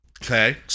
Okay